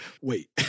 wait